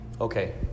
okay